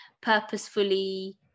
purposefully